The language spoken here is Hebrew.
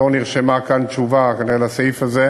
לא נרשמה כאן כנראה תשובה לסעיף הזה.